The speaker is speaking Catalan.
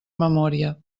memòria